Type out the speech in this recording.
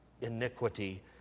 iniquity